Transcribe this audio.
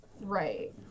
Right